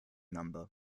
number